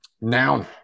Noun